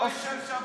עופר כסיף,